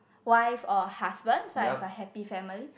wife or husband so I have a happy family